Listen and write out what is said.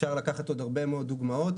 אפשר לקחת עוד הרבה מאוד דוגמאות,